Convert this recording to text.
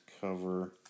cover